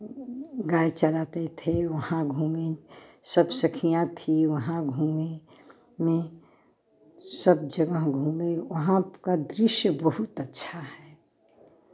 गाय चराते थे वहाँ घूमे सब सखियाँ थी वहाँ घूमे में सब जगह घूमे वहाँ का दृश्य बहुत अच्छा है